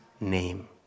name